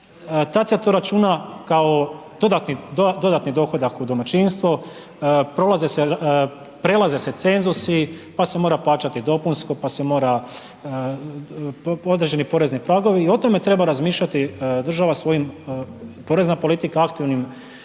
se to računa kao dodatni dohodak u domaćinstvo, prelaze se cenzusi, pa se mora plaćati dopunsko, pa se mora određeni porezni pragovi i o tome treba razmišljati država svojim, porezna politika aktivnim pristupom.